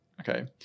Okay